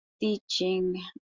teaching